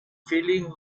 feeling